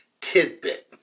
tidbit